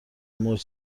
موج